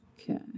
Okay